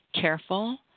careful